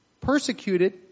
persecuted